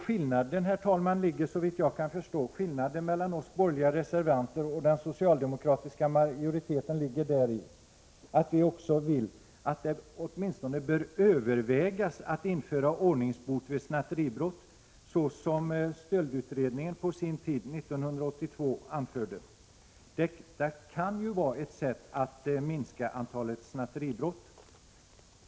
Skillnaden mellan oss borgerliga reservanter och den socialdemokratiska majoriteten ligger, såvitt jag kan förstå, just däri att vi också vill att det åtminstone bör övervägas ett införande av ordningsbot vid snatteribrott såsom stöldutredningen anförde på sin tid, 1982. Detta kan vara ett sätt att minska antalet snatteribrott.